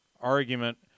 argument